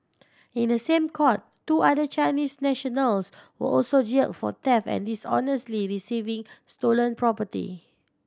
in the same court two other Chinese nationals were also jailed for theft and dishonestly receiving stolen property